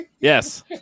Yes